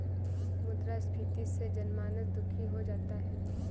मुद्रास्फीति से जनमानस दुखी हो जाता है